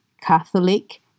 Catholic